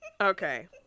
Okay